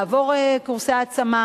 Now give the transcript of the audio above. לעבור קורסי העצמה,